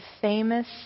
famous